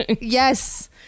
Yes